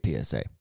PSA